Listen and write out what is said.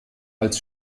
als